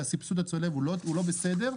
שהסבסוד הצולב הוא לא בסדר.